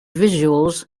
visuals